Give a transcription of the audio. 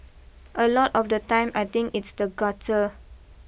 a lot of the time I think it's the gutter